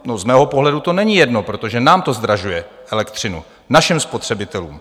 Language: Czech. No, z mého pohledu to není jedno, protože nám to zdražuje elektřinu, našim spotřebitelům.